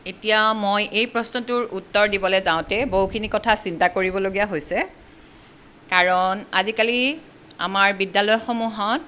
এতিয়া মই এই প্ৰশ্নটোৰ উত্তৰ দিবলৈ যাওঁতে বহুখিনি কথা চিন্তা কৰিবলগীয়া হৈছে কাৰণ আজিকালি আমাৰ বিদ্যালয়সমূহত